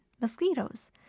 mosquitoes